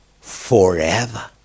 forever